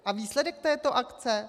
A výsledek této akce?